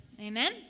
Amen